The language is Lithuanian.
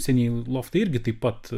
senieji loftai irgi taip pat